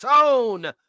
tone